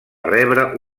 rebre